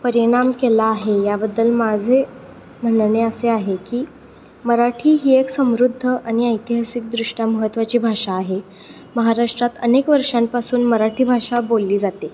परिणाम केला आहे याबद्दल माझे म्हणणे असे आहे की मराठी ही एक समृद्ध आणि ऐतिहासिक दृष्ट्या महत्त्वाची भाषा आहे महाराष्ट्रात अनेक वर्षांपासून मराठी भाषा बोलली जाते